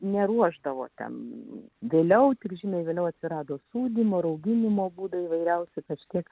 neruošdavo ten vėliau tik žymiai vėliau atsirado sūdymo rauginimo būdai įvairiausi kažkiek